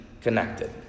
connected